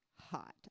hot